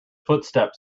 footsteps